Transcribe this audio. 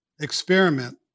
experiment